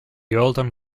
earldom